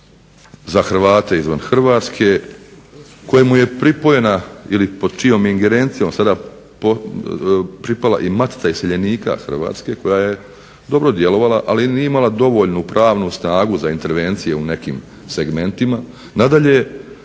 za Hrvate izvan Hrvatske kojemu je pripojena ili pod čijom ingerencijom sada je pripala i Matica iseljenika Hrvatske koja je dobro djelovala, ali nije imala dovoljnu pravnu snagu za intervencije u nekim segmentima. Nadalje,